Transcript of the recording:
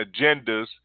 agendas